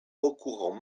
recourant